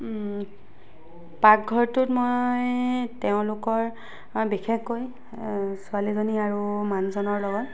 পাকঘৰটোত মই তেওঁলোকৰ বিশেষকৈ ছোৱালীজনী আৰু মানুহজনৰ লগত